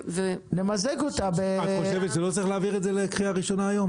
את חושבת שלא צריך להעביר את זה לקריאה ראשונה היום?